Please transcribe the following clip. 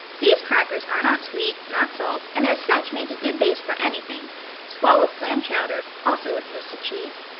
these crackers are not sweet, not salt, and as such make a good base for anything swell with clam chowder, also with toasted cheese.